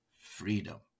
freedom